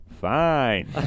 fine